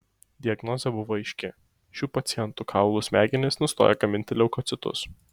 diagnozė buvo aiški šių pacientų kaulų smegenys nustojo gaminti leukocitus